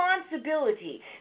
responsibility